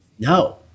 No